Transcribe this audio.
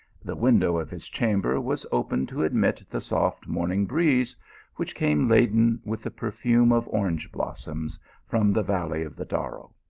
the window of his cham ber was open to admit the soft morning breeze which came laden with the perfume of orange blossoms from the valley of the darro.